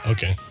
Okay